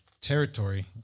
territory